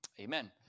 amen